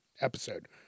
episode